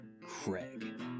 Craig